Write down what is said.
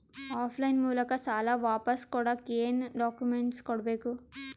Of line ಮೂಲಕ ಸಾಲ ವಾಪಸ್ ಕೊಡಕ್ ಏನು ಡಾಕ್ಯೂಮೆಂಟ್ಸ್ ಕೊಡಬೇಕು?